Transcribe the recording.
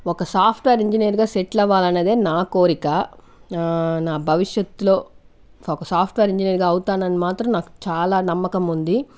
ఒక software engineer గా settle అవ్వాలనేదే నా కోరిక నా భవిష్యత్తులో ఓక సాఫ్ట్వేర్ ఇంజనీర్ గా అవుతానని మాత్రం నాకు చాలా నమ్మకం ఉంది